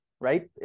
right